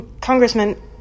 Congressman